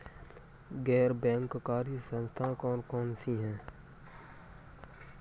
गैर बैंककारी संस्थाएँ कौन कौन सी हैं?